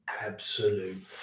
absolute